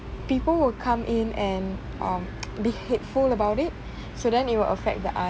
people will come in and um be hateful about it so then it will affect the art